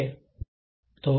તો આ |x|a